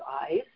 eyes